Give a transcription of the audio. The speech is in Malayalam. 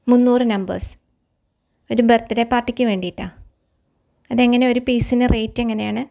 മുന്നൂറ് നംമ്പേര്സ് ഒര് ബര്ത്ത്ഡേ പാര്ട്ടിക്ക് വേണ്ടിയിട്ടാണ് അതെങ്ങനെയാണ് ഒരു പീസിന് റേറ്റ് എങ്ങനെയാണ്